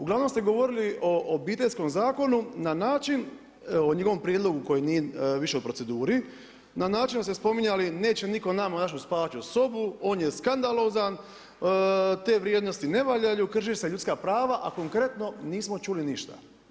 Uglavnom ste govorili o Obiteljskom zakonu na način, o njegovom prijedlogu koji nije više u proceduri na način da ste spominjali neće nitko nama u našu spavaću sobu, on je skandalozan, te vrijednosti ne valjaju, krše se ljudska prava, a konkretno nismo čuli ništa.